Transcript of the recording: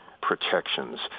protections